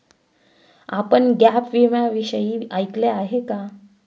आपण गॅप विम्याविषयी ऐकले आहे का?